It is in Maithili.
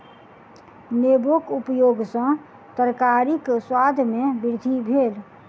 नेबोक उपयग सॅ तरकारीक स्वाद में वृद्धि भेल